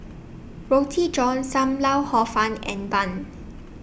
Roti John SAM Lau Hor Fun and Bun